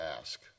ask